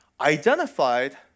identified